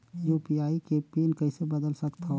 UPI के PIN कइसे बदल सकथव?